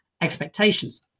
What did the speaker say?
expectations